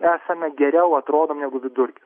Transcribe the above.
esame geriau atrodom negu vidurkis